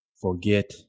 forget